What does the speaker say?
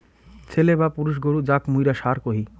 ছেলে বা পুরুষ গরু যাক মুইরা ষাঁড় কহি